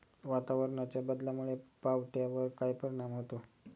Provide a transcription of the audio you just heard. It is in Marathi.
वातावरणाच्या बदलामुळे पावट्यावर काय परिणाम होतो?